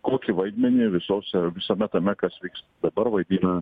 kokį vaidmenį visose visame tame kas vyksta dabar vaidina